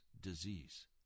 disease